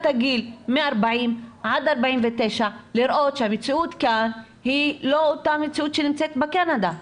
הגיל 40-49 לראות שהמציאות כאן לא אותה מציאות שנמצאת בקנדה,